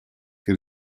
che